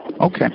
Okay